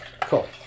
Cool